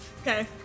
Okay